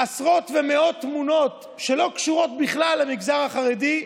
עשרות ומאות תמונות שלא קשורות בכלל למגזר החרדי,